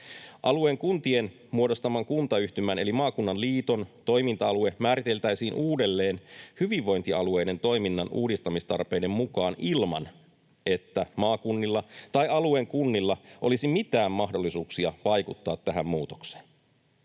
Alueen kuntien muodostaman kuntayhtymän eli maakunnan liiton toiminta-alue määriteltäisiin uudelleen hyvinvointialueiden toiminnan uudistamistarpeiden mukaan ilman, että maakunnilla tai alueen kunnilla olisi mitään mahdollisuuksia vaikuttaa tähän muutokseen.